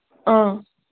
ꯑꯥ